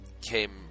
Came